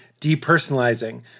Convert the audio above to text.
depersonalizing